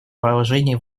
положении